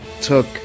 took